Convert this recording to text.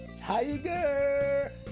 Tiger